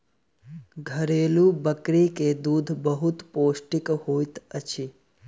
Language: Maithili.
घरेलु बकरी के दूध बहुत पौष्टिक होइत अछि